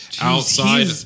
outside